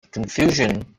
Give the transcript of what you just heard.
confusion